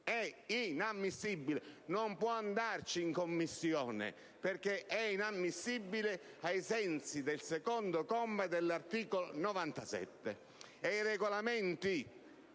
è inammissibile. Non può andare in Commissione perché è inammissibile, ai sensi del comma 2 dell'articolo 97.